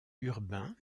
urbain